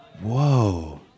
Whoa